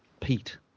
Pete